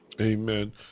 Amen